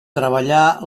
treballà